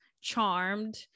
Charmed